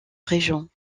régent